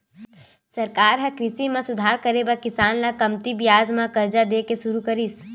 सरकार ह कृषि म सुधार करे बर किसान ल कमती बियाज म करजा दे के सुरू करिस